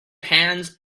hands